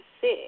sick